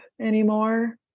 anymore